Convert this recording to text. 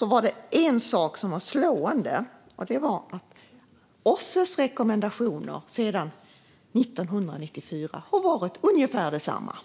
var det en sak som var slående, och det var att OSSE:s rekommendationer sedan 1994 har varit ungefär desamma.